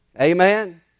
Amen